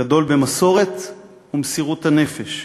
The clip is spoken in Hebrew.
גדול במסורת ומסירות הנפש,